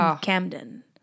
Camden